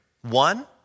One